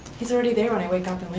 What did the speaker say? he's already there when i wake up